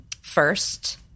First